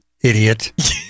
Idiot